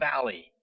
valley